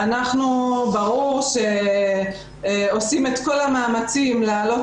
ברור שאנחנו עושים את כל המאמצים להעלות